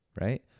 Right